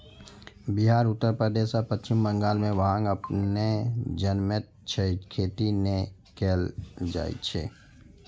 बिहार, उत्तर प्रदेश आ पश्चिम बंगाल मे भांग अपने जनमैत छै, खेती नै कैल जाए छै